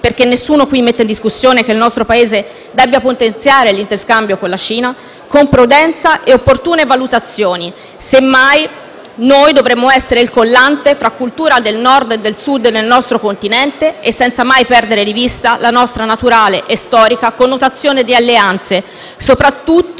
perché nessuno mette in discussione che il nostro Paese debba potenziare l'interscambio con la Cina - con prudenza e opportune valutazioni. Semmai, dovremmo essere il collante fra cultura del Nord e del Sud del nostro continente e senza mai perdere di vista la nostra naturale e storica connotazione di alleanze, soprattutto